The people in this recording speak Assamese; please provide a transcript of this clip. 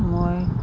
মই